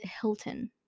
Hilton